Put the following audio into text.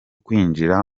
kwinjira